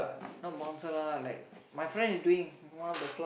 not monster lah like my friend is doing one of the clock